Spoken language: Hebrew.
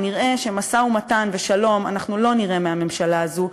כנראה משא-ומתן ושלום אנחנו לא נראה מהממשלה הזאת,